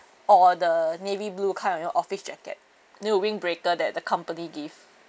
or the navy blue kind of you know office jacket you know the windbreaker that the company give